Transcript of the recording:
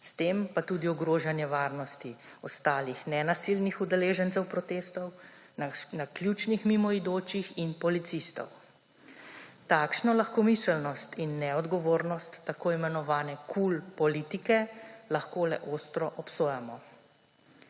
s tem pa tudi ogrožanje varnosti ostalih nenasilnih udeležencev protestov, naključnih mimoidočih in policistov. Takšno lahkomiselnost in neodgovornost tako imenovane KUL politike lahko le ostro obsojamo.